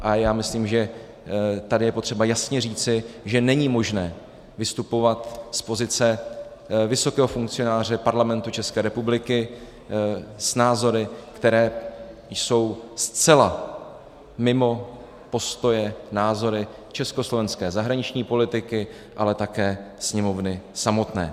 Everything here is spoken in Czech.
A já myslím, že tady je potřeba jasně říci, že není možné vystupovat z pozice vysokého funkcionáře Parlamentu České republiky s názory, které jsou zcela mimo postoje a názory československé zahraniční politiky, ale také Sněmovny samotné.